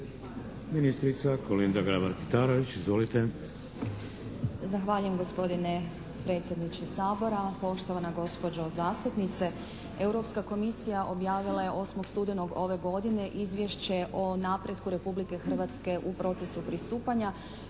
Ministrica Kolinda Grabar-Kitarović. Izvolite.